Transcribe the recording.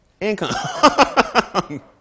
Income